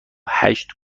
هشت